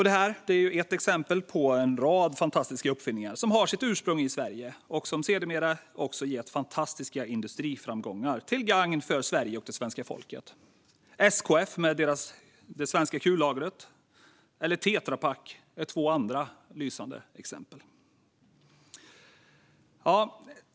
Detta exempel är bara en av en lång rad fantastiska uppfinningar som har sitt ursprung i Sverige och som sedermera gett fantastiska industriframgångar till gagn för Sverige och det svenska folket. SKF, med det svenska kullagret, och Tetra Pak är två andra lysande exempel.